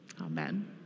Amen